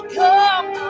come